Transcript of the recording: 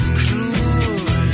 cool